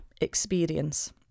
experience